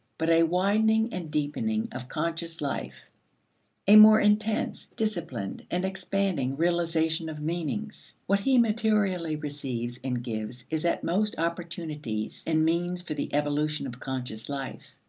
but a widening and deepening of conscious life a more intense, disciplined, and expanding realization of meanings. what he materially receives and gives is at most opportunities and means for the evolution of conscious life.